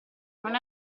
non